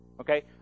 Okay